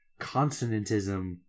consonantism